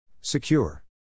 Secure